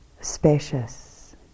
spacious